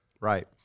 Right